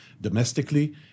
domestically